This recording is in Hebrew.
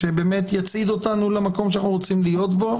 שיצעיד אותנו למקום שאנחנו רוצים להיות בו.